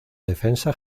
defensa